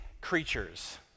creatures